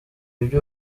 ibyo